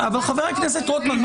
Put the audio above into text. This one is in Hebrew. אבל חבר הכנסת רוטמן,